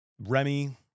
remy